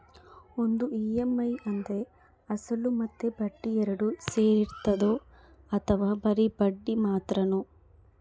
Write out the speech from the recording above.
ಒಂದು ಇ.ಎಮ್.ಐ ಅಂದ್ರೆ ಅಸಲು ಮತ್ತೆ ಬಡ್ಡಿ ಎರಡು ಸೇರಿರ್ತದೋ ಅಥವಾ ಬರಿ ಬಡ್ಡಿ ಮಾತ್ರನೋ?